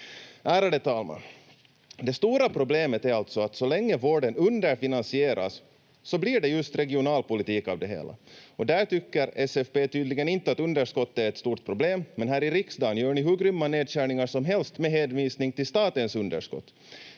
Ärade talman! Det stora problemet är alltså att så länge vården underfinansieras så blir det just regionalpolitik av det hela. Där tycker SFP tydligen inte att underskottet är ett stort problem, men här i riksdagen gör ni hur grymma nedskärningar som helst med hänvisning till statens underskott,